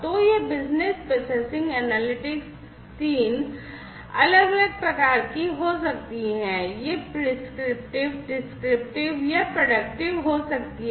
तो यह business processing analytics 3 अलग अलग प्रकार की हो सकती है यह प्रिस्क्रिप्टिव डिस्क्रिप्टिव या प्रेडिक्टिव हो सकती है